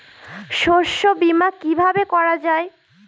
শস্য বীমা কিভাবে করা যায়?